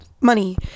money